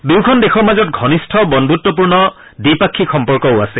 দুয়ো দেশৰ মাজত ঘনিষ্ঠ বন্ধুত্বপূৰ্ণ দ্বিপাক্ষিক সম্পৰ্কও আছে